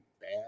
bad